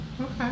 Okay